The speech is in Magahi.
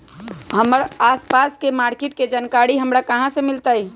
हमर आसपास के मार्किट के जानकारी हमरा कहाँ से मिताई?